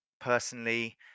personally